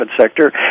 sector